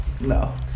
no